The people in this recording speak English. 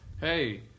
hey